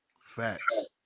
Facts